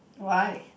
why